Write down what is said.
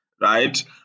right